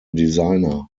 designer